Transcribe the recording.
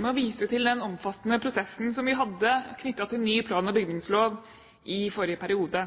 med å vise til den omfattende prosessen som vi hadde knyttet til ny plan- og bygningslov i forrige periode.